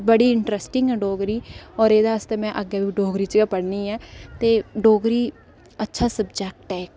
बडी इंटरस्टिंग डोगरी ते एह्दे आस्तै में अग्गें बी डोगरी गै पढ़नी ऐ ते डोगरी अच्छा सब्जैक्ट ऐ इक्क